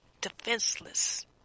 defenseless